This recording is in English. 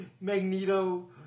Magneto